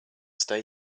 stay